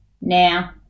Now